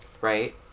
right